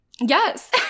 Yes